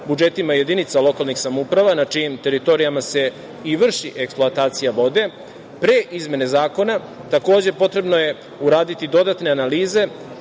budžetima jedinica lokalnih samouprava na čijim teritorijama se i vrši eksploatacija vode? Pre izmene zakona takođe potrebno je uraditi dodatne analize